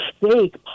fake